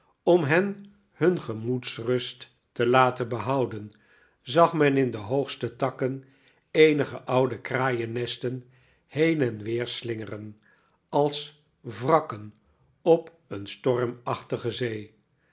om hen hun gemoedsrust te laten behouden zag men in de hoogste takken eenige oude kraaiennesten heen en weer slingeren als wrakken op een stormachtige zee